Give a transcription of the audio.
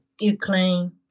Ukraine